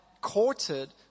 courted